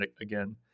again